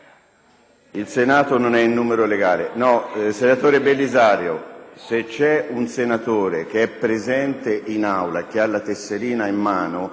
Il Senato non è in numero legale. Senatore Belisario, se un senatore è presente in Aula e ha la tessera in mano